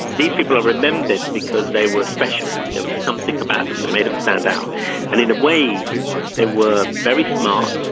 these people are remembered because they were special. there was something about them that made them stand out and in a way they were very smart.